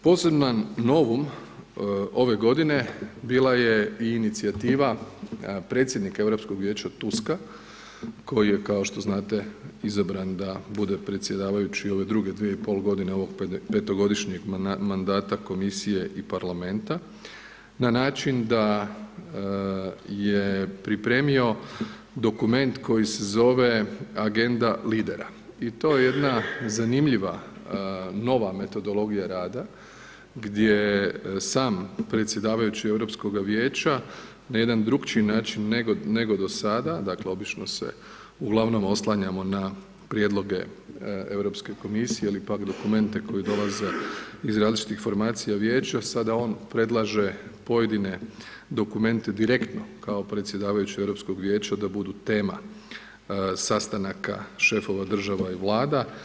Posebna novum ove godine bila je i inicijativa predsjednika Europskog vijeća Tuska koji je kao što znate izabran da bude predsjedavajući ove druge dvije i pol godine ovog petogodišnjeg mandata Komisije i Parlamenta na način da je pripremio dokument koji se zove Agenda lidera i to je jedna zanimljiva nova metodologija rada gdje sam predsjedavajući Europskoga vijeća na jedan drukčiji način nego do sada dakle obično se uglavnom oslanjamo na prijedloge Europske komisije ili pak dokumente koji dolaze iz različitih formacija Vijeća, sada on predlaže pojedine dokumente direktno kao predsjedavajući Europskog vijeća da budu tema sastanaka šefova država i vlada.